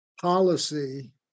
policy